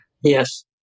Yes